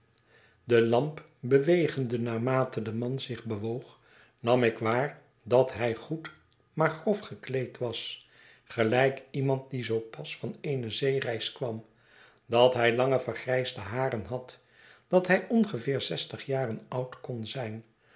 de lamp bewegende naarmate de man zich bewoog nam ik waar dat hij goed maar grof gekleed was gelijk iemand die zoo pas van eene zeereis kwam dat hij lange vergrijsde haren had dat hij ongeveer zestig jaren oud kon zijn